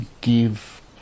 give